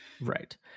Right